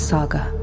Saga